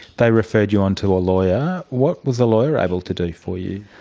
they referred you on to a lawyer. what was the lawyer able to do for you?